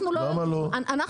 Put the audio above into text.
מה הבעיה?